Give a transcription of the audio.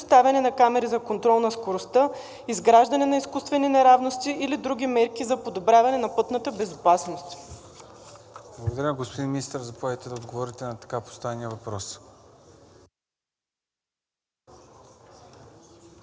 поставяне на камери за контрол на скоростта, изграждане на изкуствени неравности или други мерки за подобряване на пътната безопасност? ПРЕДСЕДАТЕЛ ЦОНЧО ГАНЕВ: Благодаря. Господин Министър, заповядайте да отговорите на така поставения въпрос.